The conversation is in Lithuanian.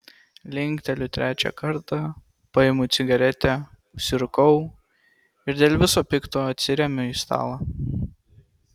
linkteliu trečią kartą paimu cigaretę užsirūkau ir dėl viso pikto atsiremiu į stalą